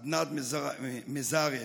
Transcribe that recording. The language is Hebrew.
עדנאן מזאריב,